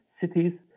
cities